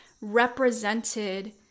represented